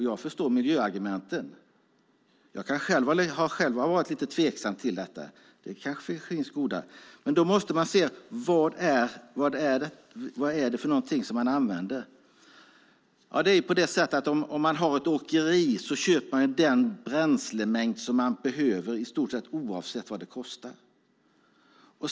Jag förstår miljöargumenten. Jag har själv varit lite tveksam till det. Men man måste se vad det är för något som används. Har man ett åkeri köper man den bränslemängd man behöver i stort sett oavsett vad det kostar.